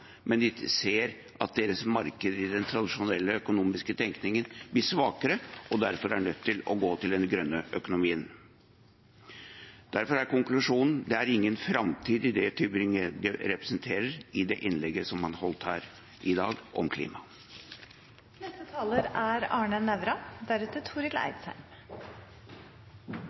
men de ser at deres markeder i den tradisjonelle økonomiske tenkningen blir svakere, og at de derfor er nødt til å gå til den grønne økonomien. Derfor er konklusjonen: Det er ingen framtid i det Tybring-Gjedde representerer, i det innlegget som han holdt her i dag om